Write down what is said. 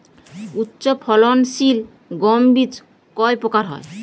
উচ্চ ফলন সিল গম বীজ কয় প্রকার হয়?